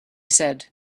said